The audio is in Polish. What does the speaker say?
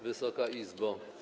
Wysoka Izbo!